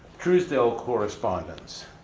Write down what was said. truesdale correspondence.